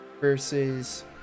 versus